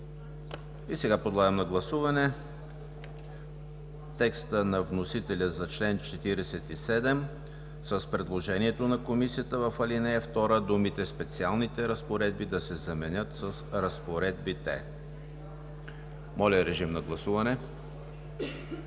И сега подлагам на гласуване текста на вносителя за чл. 47 с предложението на Комисията в ал. 2 думите „специалните разпоредби“ да се заменят с „разпоредбите“. Гласували